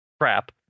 crap